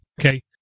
okay